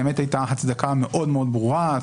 באמת הייתה הצדקה מאוד מאוד ברורה.